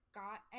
got